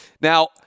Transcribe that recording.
Now